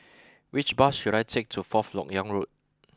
which bus should I take to Fourth Lok Yang Road